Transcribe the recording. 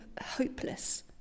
hopeless